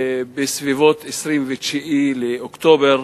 בסביבות 29 באוקטובר,